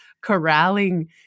corralling